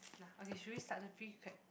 nah okay should we start the free crab